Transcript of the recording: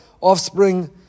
offspring